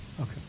Okay